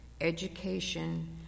education